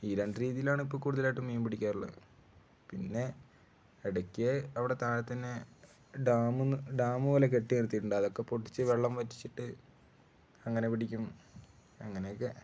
ഈ രണ്ട് രീതിയിലാണ് ഇപ്പം കൂടുതലായിട്ടും മീൻ പിടിക്കാറുള്ളത് പിന്നെ ഇടയ്ക്ക് അവിടെ താഴെ തന്നെ ഡാം ഡാം പോലെ കെട്ടി നിർത്തിയിട്ടുണ്ട് അതൊക്കെ പൊട്ടിച്ചിട്ട് വെള്ളം വറ്റിച്ചിട്ട് അങ്ങനെ പിടിക്കും അങ്ങനെയൊക്കെ